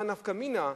מה נפקא מינה?